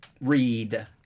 read